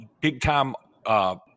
big-time